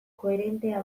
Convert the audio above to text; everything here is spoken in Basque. koherentea